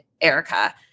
Erica